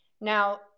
Now